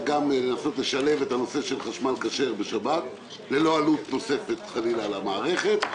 גם לנסות לשלב את נושא חשמל כשר בשבת ללא עלות נוספת חלילה על המערכת.